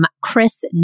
Chris